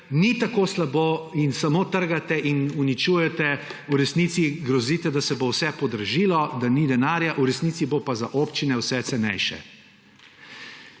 ni tako slabo in samo trgate in uničujete, v resnici grozite, da se bo vse podražilo, da ni denarja, v resnici bo pa za občine vse cenejše.